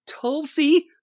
tulsi